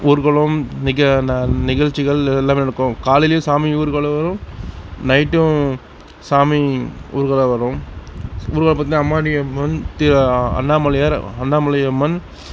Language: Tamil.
ஊர்வலம் நிகழ்ச்சிகள் இதெல்லாமே நடக்கும் காலையும் சாமி ஊர்வலம் வரும் நைட்டும் சாமி ஊர்வலம் வரும் ஊர்வலம் பார்த்திங்கனா அம்மானியம்மன் அண்ணாமலையார் உண்ணாமலை அம்மன்